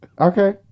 Okay